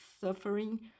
suffering